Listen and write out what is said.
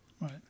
Right